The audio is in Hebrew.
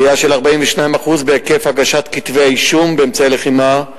עלייה של 42% בהיקף הגשת כתבי-אישום באמצעי לחימה,